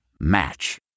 Match